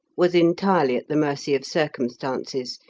was entirely at the mercy of circumstances.